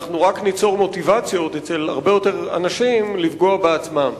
אנחנו רק ניצור מוטיבציה אצל הרבה יותר אנשים לפגוע בעצמם.